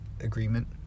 agreement